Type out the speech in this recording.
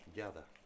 gather